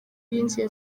yinjiye